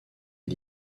est